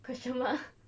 question mark